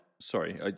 Sorry